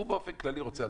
הוא באופן כללי רוצה,